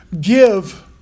give